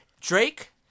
Drake